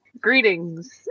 Greetings